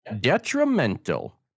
Detrimental